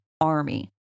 army